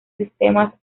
sistemas